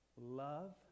love